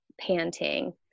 panting